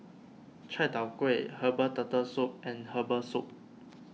Chai Tow Kuay Herbal Turtle Soup and Herbal Soup